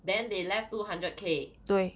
then they left two hundred k